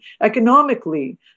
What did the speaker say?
economically